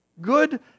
Good